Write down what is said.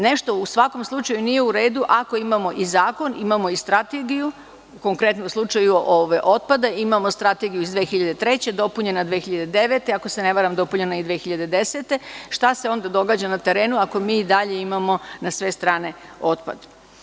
Nešto u svakom slučaju nije uredu ako imamo i zakon i strategiju, u konkretnom slučaju otpada, imamo strategiju iz 2003. godine, dopunjena 2009. i 2010. godine, šta se onda događa na terenu, ako mi i dalje imamo na sve strane otpad.